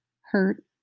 hurt